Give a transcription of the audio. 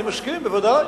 אני מסכים, בוודאי.